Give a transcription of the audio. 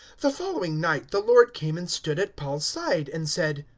the following night the lord came and stood at paul's side, and said,